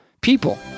people